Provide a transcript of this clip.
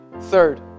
Third